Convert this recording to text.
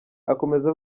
akomeza